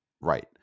Right